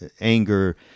anger